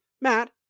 matt